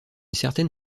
certaine